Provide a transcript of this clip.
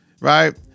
Right